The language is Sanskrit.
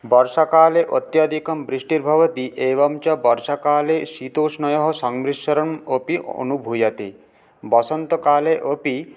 वर्षाकाले अत्यधिकं वृष्टिः भवति एवं च वर्षाकाले शीतोष्णयोः समिश्रं अपि अनुभूयते वसन्तकाले अपि